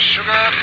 Sugar